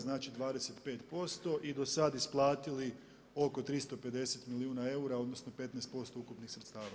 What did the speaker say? Znači 25% i do sad isplatili oko 350 milijuna eura, odnosno 15% ukupnih sredstava.